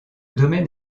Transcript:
domaine